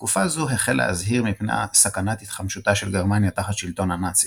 בתקופה זו החל להזהיר מפני סכנת התחמשותה של גרמניה תחת שלטון הנאצים,